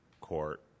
Court